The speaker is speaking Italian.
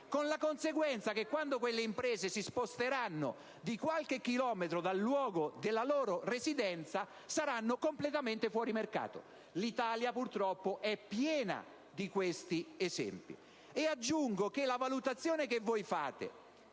con la conseguenza che quando quelle imprese si sposteranno di qualche chilometro dal luogo della loro residenza saranno completamente fuori mercato. L'Italia purtroppo è piena di questi esempi. Aggiungo che la valutazione che voi fate